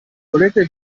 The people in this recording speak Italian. volete